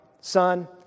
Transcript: son